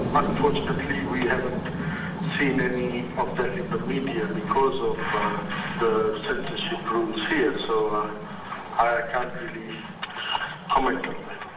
unfortunately we haven't seen any of that in the media because of the censorship rules here, so i can't really comment